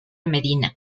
medina